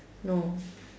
no